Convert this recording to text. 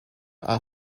are